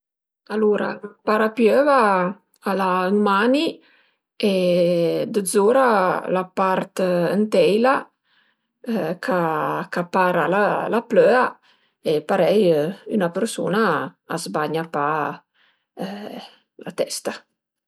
Alura ën parapiöva al a ën mani e d'zura la part ën teila ch'a para la plöa e parei ün-a persun-a a së bagna pa la testa